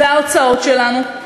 וההוצאות שלנו,